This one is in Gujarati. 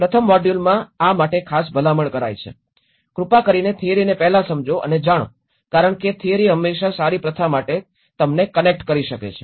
પ્રથમ મોડ્યુલમાં આ માટે ખાસ ભલામણ કરે છે કૃપા કરીને થિયરીને પહેલા સમજો અને જાણો કારણ કે થિયરી હંમેશાં સારી પ્રથા માટે તમને કનેક્ટ કરી શકે છે